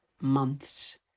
months